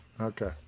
Okay